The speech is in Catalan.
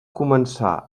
començar